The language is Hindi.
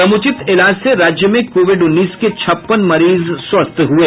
समुचित इलाज से राज्य में कोविड उन्नीस के छप्पन मरीज स्वस्थ हुये